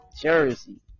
Jersey